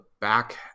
back